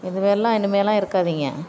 இது மாதிரில்லாம் இனிமேல்லாம் இருக்காதிங்க